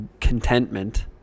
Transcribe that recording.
contentment